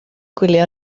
gwylio